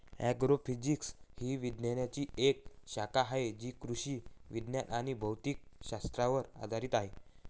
agrophysics ही विज्ञानाची एक शाखा आहे जी कृषी विज्ञान आणि भौतिक शास्त्रावर आधारित आहे